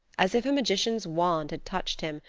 as if a magician's wand had touched him,